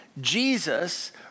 Jesus